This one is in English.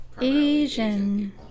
asian